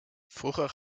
vroeger